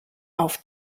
auf